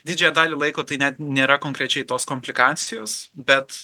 didžiąją dalį laiko tai net nėra konkrečiai tos komplikacijos bet